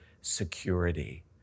security